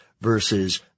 versus